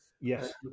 Yes